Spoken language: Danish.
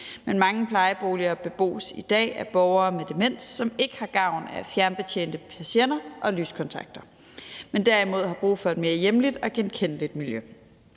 Men mange plejeboliger bebos i dag af borgere med demens, som ikke har gavn af fjernbetjente persienner og lyskontakter, men derimod har brug for et mere hjemligt og genkendeligt miljø.